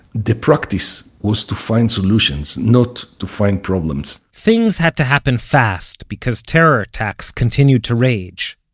the practice was to find solutions, not to find problems things had to happen fast, because terror attacks continued to rage.